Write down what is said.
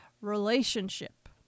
relationship